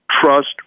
Trust